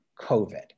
COVID